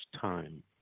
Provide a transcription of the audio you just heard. time